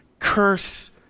Curse